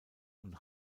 und